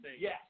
Yes